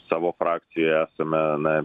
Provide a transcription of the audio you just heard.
savo frakcijoje esame na